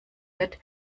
wird